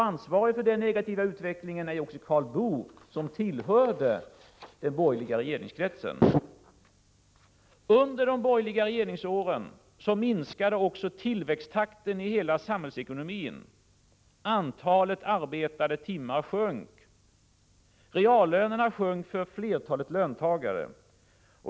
Ansvarig för denna negativa utveckling är också Karl Boo, som tillhörde den borgerliga regeringskretsen. Under de borgerliga regeringsåren minskade också tillväxttakten i hela samhällsekonomin — antalet arbetade timmar sjönk, och reallönerna minskade för flertalet löntagare.